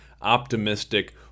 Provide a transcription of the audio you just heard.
optimistic